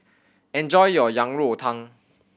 enjoy your Yang Rou Tang